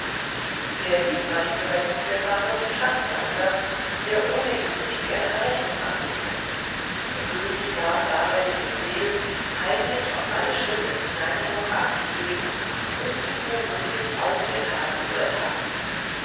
sehr lieb war diese wendung der sache dem schatzmeister der ohnehin nicht gerne rechnung ablegte der könig gab daher den befehl heimlich auf alle schritte des kleinen muck achtzugeben um ihn womöglich auf der tat zu ertappen